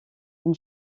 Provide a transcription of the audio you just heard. une